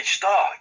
star